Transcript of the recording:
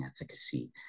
efficacy